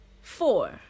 four